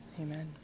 amen